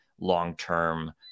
long-term